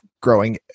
growing